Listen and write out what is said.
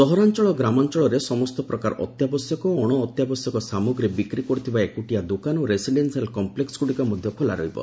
ସହରାଞ୍ଞଳ ଓ ଗ୍ରାମାଞଳରେ ସମସ୍ତ ପ୍ରକାର ଅତ୍ୟାବଶ୍ୟକ ଓ ଅଣ ଅତ୍ୟାବଶ୍ୟକ ସାମଗ୍ରୀ ବିକ୍ରି କରୁଥିବା ଏକୁଟିଆ ଦୋକାନ ଓ ରେସିଡେନ୍ୱିଆଲ୍ କମ୍ମେକ୍ଗୁ ଖୋଲା ରହିବ